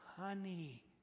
honey